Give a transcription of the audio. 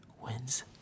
wins